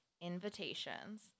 Invitations